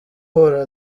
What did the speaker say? uhura